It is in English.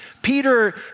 Peter